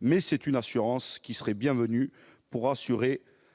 mais c'est une assurance qui serait bienvenue pour rassurer